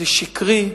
זה שקרי.